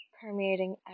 permeating